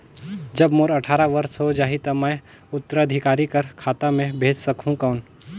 जब मोर अट्ठारह वर्ष हो जाहि ता मैं उत्तराधिकारी कर खाता मे भेज सकहुं कौन?